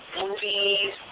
movies